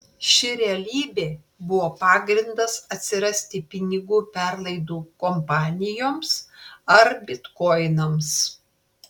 ši realybė buvo pagrindas atsirasti pinigų perlaidų kompanijoms ar bitkoinams